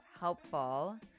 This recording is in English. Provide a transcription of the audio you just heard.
helpful